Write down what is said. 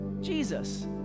Jesus